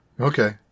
okay